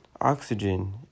Oxygen